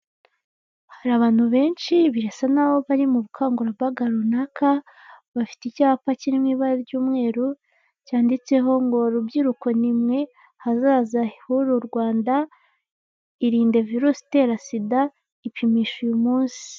Hari abantu benshi birasa n'aho bari mu bukangurambaga runaka, bafite icyapa kirimo ibara ry'umweru cyanditseho ngo " Rubyiruko ni mwe hazaza h'uru rwanda, irinde virusi itera SIDA, ipimishe uyu munsi.